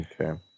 Okay